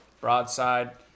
broadside